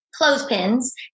clothespins